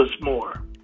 more